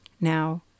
Now